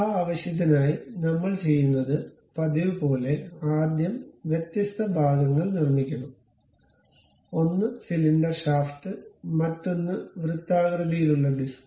ആ ആവശ്യത്തിനായി നമ്മൾ ചെയ്യുന്നത് പതിവുപോലെ ആദ്യം വ്യത്യസ്ത ഭാഗങ്ങൾ നിർമ്മിക്കണം ഒന്ന് സിലിണ്ടർ ഷാഫ്റ്റ് മറ്റൊന്ന് വൃത്താകൃതിയിലുള്ള ഡിസ്ക്